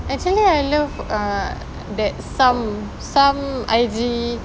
actually I love uh that some some I_G